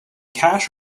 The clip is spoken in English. cash